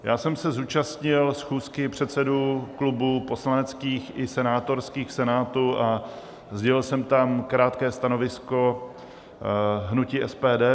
Já jsem se zúčastnil schůzky předsedů klubů poslaneckých i senátorských v Senátu a sdělil jsem tam krátké stanovisko hnutí SPD.